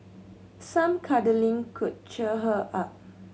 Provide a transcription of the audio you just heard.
some cuddling could cheer her up